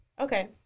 Okay